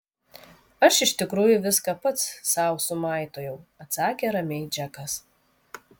aš iš tikrųjų viską pats sau sumaitojau atsakė ramiai džekas